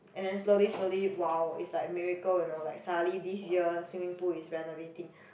and then slowly slowly wow is like miracle you know like suddenly this year swimming pool is renovating